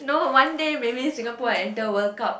no one day maybe Singapore will enter World Cup